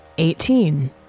Eighteen